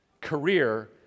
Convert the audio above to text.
career